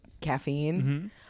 caffeine